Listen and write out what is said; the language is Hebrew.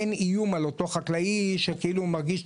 אין איום על אותו חקלאי שכאילו מרגיש,